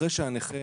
אחרי שהנכה